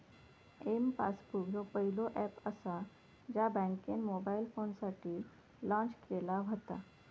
M passbook ह्यो पहिलो app असा ज्या बँकेन मोबाईल फोनसाठी लॉन्च केला व्हता